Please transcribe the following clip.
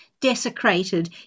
desecrated